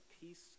peace